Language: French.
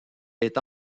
est